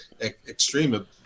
extreme